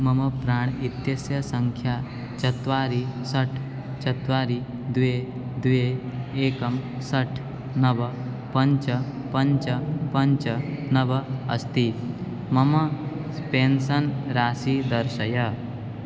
मम प्राण् इत्यस्य सङ्ख्या चत्वारि षट् चत्वारि द्वे द्वे एकं षट् नव पञ्च पञ्च पञ्च नव अस्ति मम पेन्सन् राशिं दर्शय